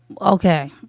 okay